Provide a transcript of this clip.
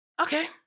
Okay